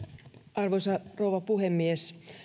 arvoisa rouva puhemies